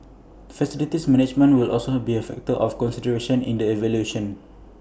facilities management will also be A factor of consideration in the evaluation